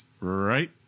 Right